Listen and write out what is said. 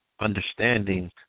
understanding